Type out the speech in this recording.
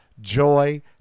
joy